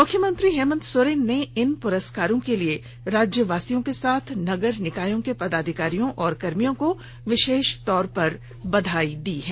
मुख्यमंत्री हेमन्त सोरेन ने इन पुरस्कारों के लिए राज्यवासियों के साथ नगर निकायों के पदाधिकारियों और कर्मियों को विशेष तौर पर बधाई दी है